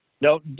No